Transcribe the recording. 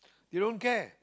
they don't care